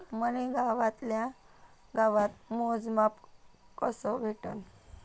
मले गावातल्या गावात मोजमाप कस भेटन?